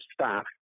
staff